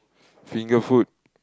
finger food